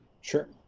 Sure